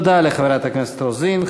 תודה לחברת הכנסת רוזין.